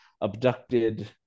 abducted